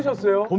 so so